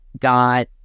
got